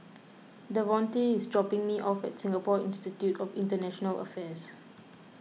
Davonte is dropping me off at Singapore Institute of International Affairs